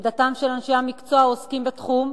עמדתם של אנשי המקצוע העוסקים בתחום,